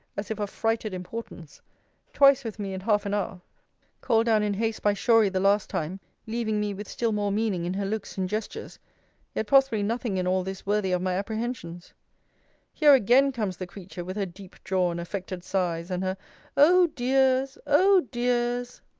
as if of frighted importance twice with me in half an hour called down in haste by shorey the last time leaving me with still more meaning in her looks and gestures yet possibly nothing in all this worthy of my apprehensions here again comes the creature, with her deep-drawn affected sighs, and her o dear's! o dear's!